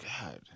god